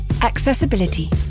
accessibility